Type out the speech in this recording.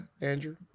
Andrew